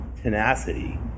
tenacity